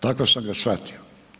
Tako sam ga shvatio.